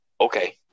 Okay